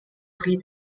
three